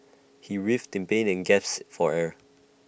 he writhed in pain and gasped for air